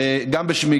גם בשמי,